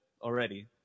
already